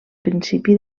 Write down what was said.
principi